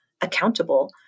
accountable